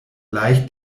leicht